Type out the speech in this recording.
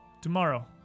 tomorrow